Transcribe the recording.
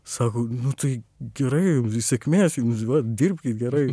sako nu tai gerai sėkmės jums va dirbk gerai